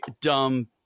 dumb